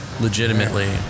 legitimately